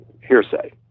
hearsay